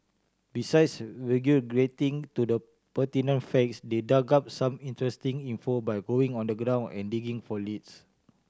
besides regurgitating to the pertinent facts they dug up some interesting info by going on the ground and digging for leads